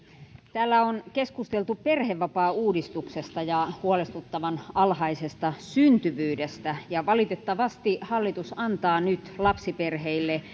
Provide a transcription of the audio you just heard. täällä on keskusteltu perhevapaauudistuksesta ja huolestuttavan alhaisesta syntyvyydestä ja valitettavasti hallitus antaa nyt lapsiperheille